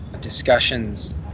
discussions